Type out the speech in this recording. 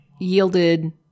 yielded